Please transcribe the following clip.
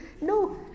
No